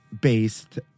based